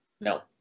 No